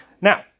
Now